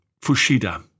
Fushida